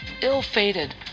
ill-fated